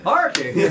Parking